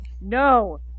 No